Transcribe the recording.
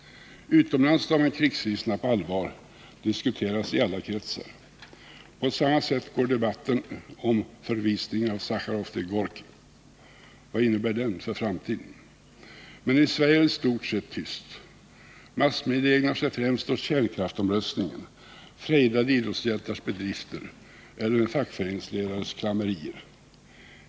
Utomlands tar man krigsriskerna på allvar — de diskuteras i alla kretsar. På samma sätt går debatten om förvisningen av Sacharov till Gorkij. Vad innebär den för framtiden? Men i Sverige är det i stort sett tyst. Massmedia ägnar sig främst åt kärnkraftsomröstningen, frejdade idrottshjältars bedrifter eller en fackföreningsledares klammerier.